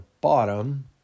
bottom